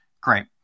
great